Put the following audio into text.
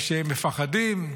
ושהם מפחדים.